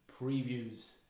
previews